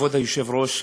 כבוד היושב-ראש,